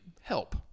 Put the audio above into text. help